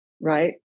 right